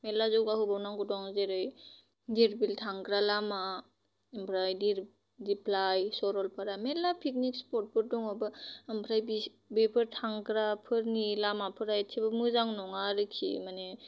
मेल्ला जोगाहोबावनांगौ दं जेराय दिरबिल थांग्रा लामा आमफ्राय दिफ्लाय सरलपारा मेल्ला पिकनिक स्पटफोर दङ' आमफ्राय बिफोर थांग्राफोरनि लामाफोरा एसेबो मोजां नङा आरोखि माने